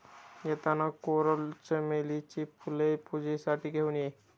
येताना कोरल चमेलीची फुले पूजेसाठी घेऊन ये